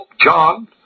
John